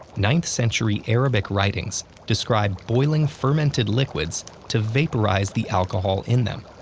ninth century arabic writings describe boiling fermented liquids to vaporize the alcohol in them.